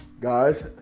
guys